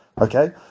Okay